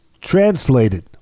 translated